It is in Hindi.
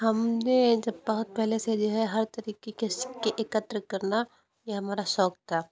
हमने जब बहुत पहले से जो है हर तरीके के एकत्र करना ये हमारा शौक था